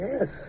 Yes